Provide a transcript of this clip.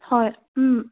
হয়